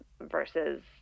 versus